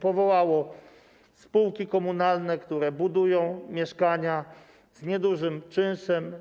Powołały spółki komunalne, które budują mieszkania z niedużym czynszem.